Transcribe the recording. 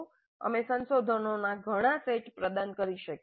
અમે સંસાધનોના ઘણાં સેટ પ્રદાન કરી શકીએ છીએ